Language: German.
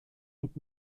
mit